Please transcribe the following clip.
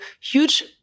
huge